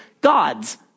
gods